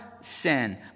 sin